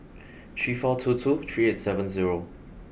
three four two two three eight seven zero